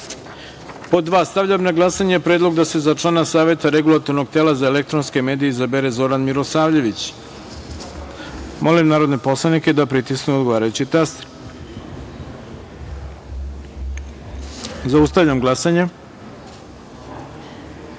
jedan.2. Stavljam na glasanje predlog da se za člana Saveta Regulatornog tela za elektronske medije izabere Zoran Mirosavljević. Molim narodne poslanike da pritisnu odgovarajući taster. Zaustavljam glasanje: